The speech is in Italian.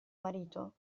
marito